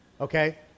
Okay